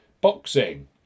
Boxing